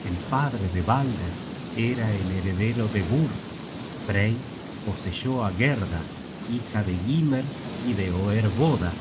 el padre de balder era el heredero de bur frey poseyó á gerda hija de gymer y de oerboda